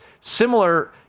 Similar